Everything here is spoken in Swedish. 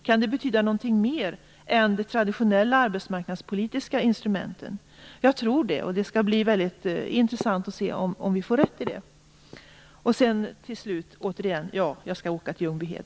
Kan det betyda någonting mer än de traditionella arbetsmarknadspolitiska instrumenten? Jag tror det, och det skall bli väldigt intressant att se om vi får rätt. Till slut återigen: Ja, jag skall åka till Ljungbyhed.